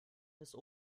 bis